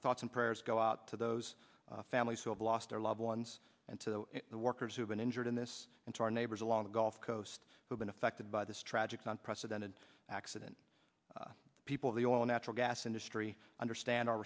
thoughts and prayers go out to those families who have lost their loved ones and to the workers who've been injured in this and to our neighbors along the gulf coast who've been affected by this tragic one precedented accident the people of the oil natural gas industry understand our